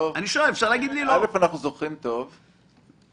אבל כנראה שלא היה.